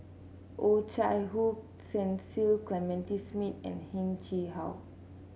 Oh Chai Hoo Cecil Clementi Smith and Heng Chee How